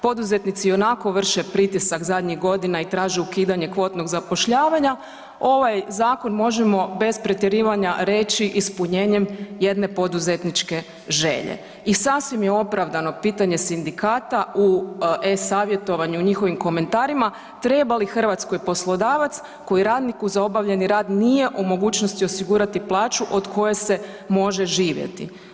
Poduzetnici ionako vrše pritisak zadnjih godina i traže ukidanje kvotnog zapošljavanja, ovaj zakon možemo bez pretjerivanja reći ispunjenjem jedne poduzetničke želje i sasvim je opravdano pitanje sindikata u e-savjetovanju, u njihovim komentarima, treba li Hrvatskoj poslodavac koji radniku za obavljeni rad nije u mogućnosti osigurati plaću od koje se može živjeti.